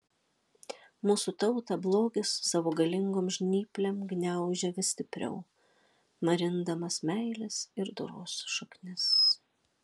mūsų tautą blogis savo galingom žnyplėm gniaužia vis stipriau marindamas meilės ir doros šaknis